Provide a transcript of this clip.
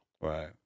Right